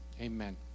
Amen